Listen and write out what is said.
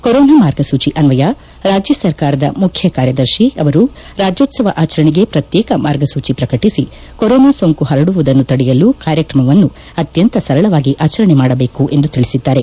corona ಮಾರ್ಗ ಸೂಚಿ ಅನ್ವಯ ರಾಜ್ಯ ಸರ್ಕಾರದ ಮುಖ್ಯ ಕಾರ್ಯದರ್ಶಿ ಅವರು ರಾಜ್ಯೋತ್ಸವ ಆಚರಣೆಗೆ ಪ್ರತ್ಯೇಕ ಮಾರ್ಗಸೂಚಿ ಪ್ರಕಟಿಸಿ ಕೊರೊನಾ ಸೋಂಕು ಪರಡುವುದನ್ನು ತಡೆಯಲು ಕಾರ್ಯಕ್ರಮವನ್ನು ಅತ್ಯಂತ ಸರಳವಾಗಿ ಆಚರಣೆ ಮಾಡಬೇಕು ಎಂದು ತಿಳಿಸಿದ್ದಾರೆ